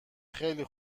خیلی